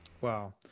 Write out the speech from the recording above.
Wow